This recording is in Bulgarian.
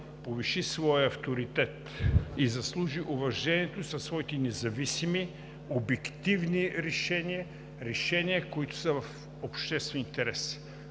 повиши своя авторитет и заслужи уважение със своите независими, обективни решения, решения, които са в обществен интерес.